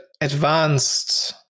advanced